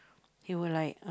she will like